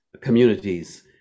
communities